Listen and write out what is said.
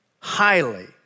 highly